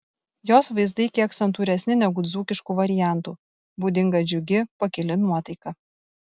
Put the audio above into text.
jos vaizdai kiek santūresni negu dzūkiškų variantų būdinga džiugi pakili nuotaika